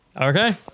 Okay